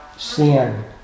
Sin